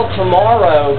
tomorrow